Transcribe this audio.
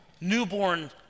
newborn